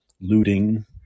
looting